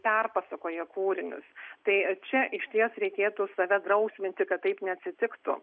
perpasakoja kūrinius tai čia išties reikėtų save drausminti kad taip neatsitiktų